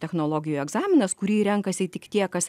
technologijų egzaminas kurį renkasi tik tie kas